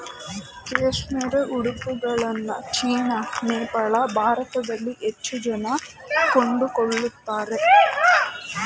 cashmere ಉಡುಪುಗಳನ್ನ China, Nepal, ಭಾರತದಲ್ಲಿ ಹೆಚ್ಚು ಜನ ಕೊಂಡುಕೊಳ್ಳುತ್ತಾರೆ